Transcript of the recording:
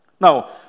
Now